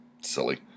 silly